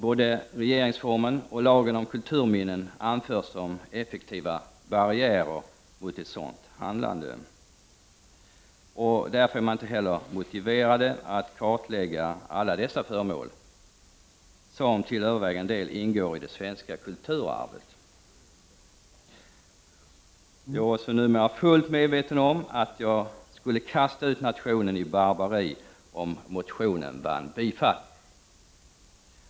Både regeringsformen och lagen om kulturminnen anförs som effektiva barriärer när det gäller ett sådant handlande. Därför är man inte heller motiverad att kartlägga alla dessa föremål, som till övervägande del ingår i det svenska kulturarvet. Jag är också numera fullt medveten om att jag skulle kasta ut nationen i barbari om motionen vann bifall.